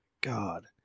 God